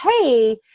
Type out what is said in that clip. Hey